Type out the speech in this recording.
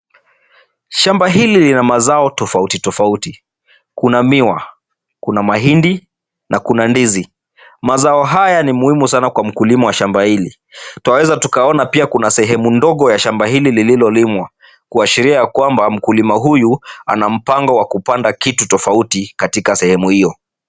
Shamba hili lina mazao tofauti tofaui kuna miwa, kuna mahindi na kuna ndizi. Mazao haya ni muhimu sana kwa mkulima wa shamba hili ,twaweza tukaona pia kuna sehemu ndogo ya shamba hili lililolimwa kuashiria kwamba mkulima huyu ana mpango wa kupanda kitu tofauti katika sehemu hiyo .